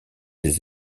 des